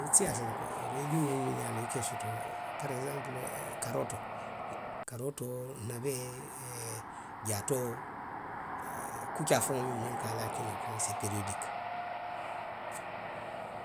Wolu siiyaata le ko, leegimoo minnu ye a loŋ ko nka i soto parekisanpulu karootoo. karootoo, nawee, jaatoo, ee kuccaa faŋo moolu ka a laa kinoo kaŋ se periyoodiki,.